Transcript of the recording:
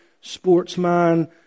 sportsman